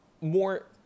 more